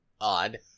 odd